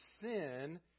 sin